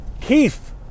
Keith